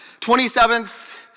27th